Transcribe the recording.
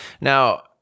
Now